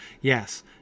Yes